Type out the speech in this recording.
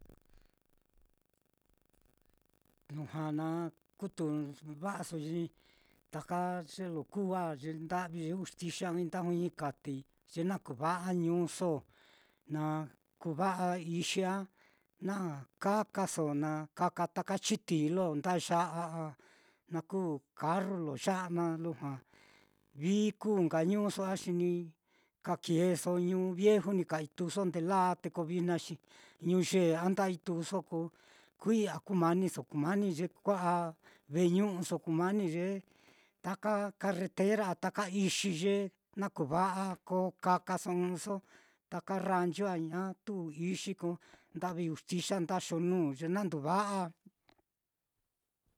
lujua na kutuva'aso xi taka ye lo kuu á ye nda'vi ye juxtixa á ɨ́ɨ́n ɨ́ɨ́n-i nda juiñikatei ye na kuva'a ñuuso na kuva'a ixi á na kakaso, na kaka taka chitíi lo nda ya'a á, na kuu carro lo ya'a naá, lujua vii kuu nka ñuuso á, xi ni ka keeso ñuu vieju ni ka ituuso ndelāā, te ko vijna xi ñuu yee á nda ituuso, ko kui'ya kue'e kumaniso, kumani ye kua'a veñu'uso, kumani ye taka carretera á, taka ixi ye na koo va'a ko kakaso ɨ́ɨ́n ɨ́ɨ́nso, taka ranchu á ñatu ixi te ko nda'vi juxtixa á nda xonú ye na ndu va'a.